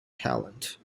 talent